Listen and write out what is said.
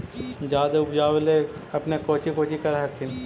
जादे उपजाबे ले अपने कौची कौची कर हखिन?